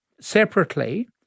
Separately